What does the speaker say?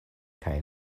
kaj